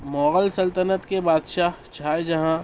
مغل سلطنت کے بادشاہ شاہجہاں